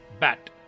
bat